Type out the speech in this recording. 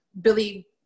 Billy